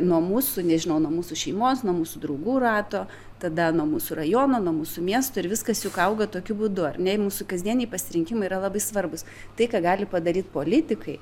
nuo mūsų nežinau nuo mūsų šeimos nuo mūsų draugų rato tada nuo mūsų rajono nuo mūsų miesto ir viskas juk auga tokiu būdu ar ne ir mūsų kasdieniai pasirinkimai yra labai svarbūs tai ką gali padaryt politikai